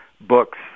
books